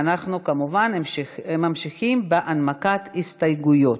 ואנחנו כמובן ממשיכים בהנמקת ההסתייגויות.